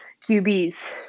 QBs